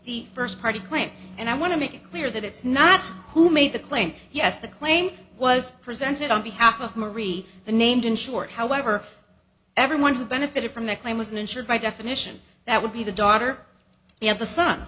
the first party claim and i want to make it clear that it's not who made the claim yes the claim was presented on behalf of marie the named insured however everyone who benefited from the claim was an insured by definition that would be the daughter they have a son